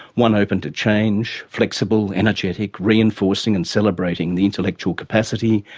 one open to change, flexible, energetic reinforcing and celebrating the intellectual capacity,